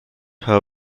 her